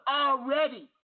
already